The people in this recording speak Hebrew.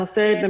הנושא עולה,